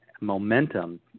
momentum